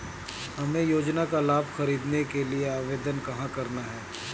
हमें योजना का लाभ ख़रीदने के लिए आवेदन कहाँ करना है?